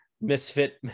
Misfit